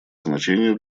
значение